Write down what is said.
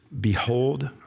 Behold